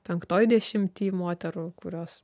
penktoj dešimty moterų kurios